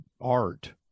art